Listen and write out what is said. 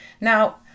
Now